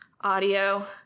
audio